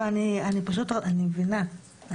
אני מבינה,